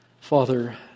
Father